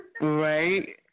Right